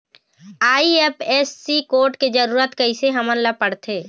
IFSC code के जरूरत कैसे हमन ला पड़थे?